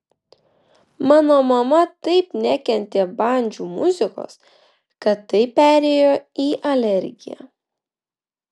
mano mama taip nekentė bandžų muzikos kad tai perėjo į alergiją